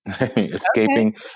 escaping